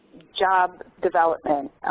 job development,